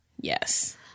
Yes